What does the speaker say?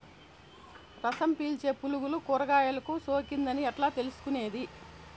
రసం పీల్చే పులుగులు కూరగాయలు కు సోకింది అని ఎట్లా తెలుసుకునేది?